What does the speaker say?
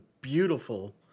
beautiful